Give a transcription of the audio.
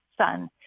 son